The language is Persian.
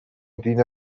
دین